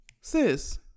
sis